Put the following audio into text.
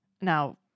Now